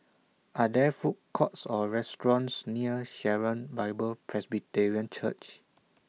Are There Food Courts Or restaurants near Sharon Bible Presbyterian Church